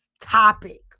topic